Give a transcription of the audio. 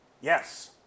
Yes